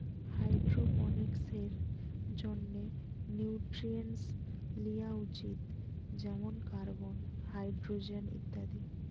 হাইড্রোপনিক্সের জন্যে নিউট্রিয়েন্টস লিয়া উচিত যেমন কার্বন, হাইড্রোজেন ইত্যাদি